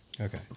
Okay